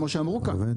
כמו שאמרו כאן.